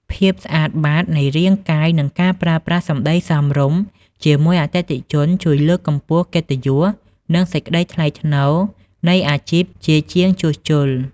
ភាពស្អាតបាតនៃរាងកាយ និងការប្រើប្រាស់សម្តីសមរម្យជាមួយអតិថិជន ជួយលើកកម្ពស់កិត្តិយស និងសេចក្តីថ្លៃថ្នូរនៃអាជីពជាជាងជួសជុល។